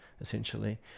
essentially